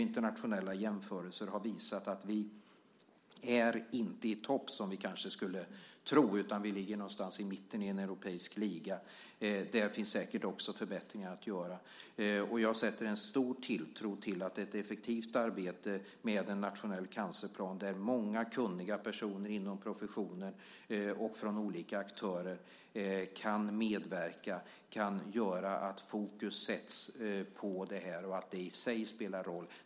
Internationella jämförelser har visat att vi inte är i topp, som vi kanske skulle tro, utan ligger någonstans i mitten i en europeisk liga. Där finns säkert också förbättringar att göra. Jag sätter en stor tilltro till att ett effektivt arbete med en nationell cancerplan, där många kunniga personer inom professionen och från olika aktörer kan medverka, kan göra att fokus sätts på det här och att det i sig spelar roll.